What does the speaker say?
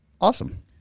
Awesome